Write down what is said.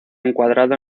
encuadrado